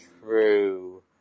true